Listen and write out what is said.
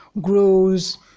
grows